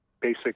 basic